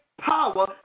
power